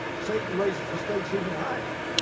satan raises the stakes even higher.